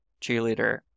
cheerleader